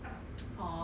in year one